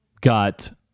got